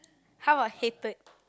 how about hated